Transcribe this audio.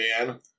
man